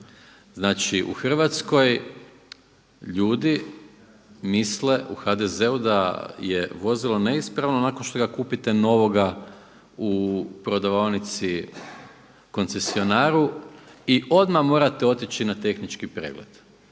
Znači u Hrvatskoj ljudi misle u HDZ-u da je vozilo neispravno nakon što ga kupite novoga u prodavaonici koncesinaru i odmah morate otići na tehnički pregled.